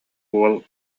уол